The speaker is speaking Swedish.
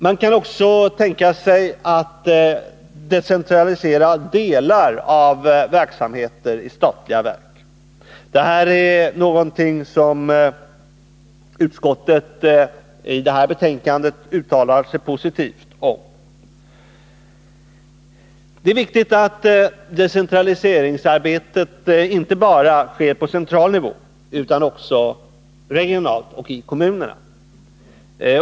Man kan också tänka sig att decentralisera delar av verksamheter i statliga verk. Det uttalar sig utskottet i detta betänkande positivt om. Det är viktigt att decentraliseringsarbetet inte bara sker på central nivå utan också regionalt och i kommunerna.